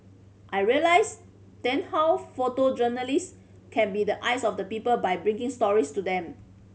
I realised then how photojournalist can be the eyes of the people by bringing stories to them